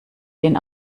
sehen